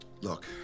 Look